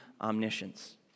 omniscience